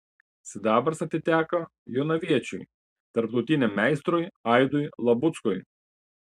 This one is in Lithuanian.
sidabras atiteko jonaviečiui tarptautiniam meistrui aidui labuckui